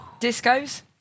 Discos